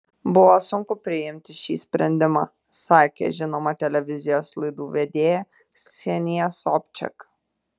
buvo sunku priimti šį sprendimą sakė žinoma televizijos laidų vedėja ksenija sobčiak